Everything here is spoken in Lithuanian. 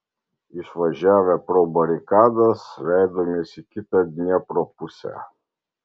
išvažiavę pro barikadas leidomės į kitą dniepro pusę